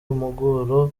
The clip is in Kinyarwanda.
impuguro